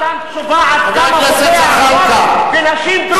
הוא לא נתן תשובה עד כמה פוגע החוק בנשים דרוזיות.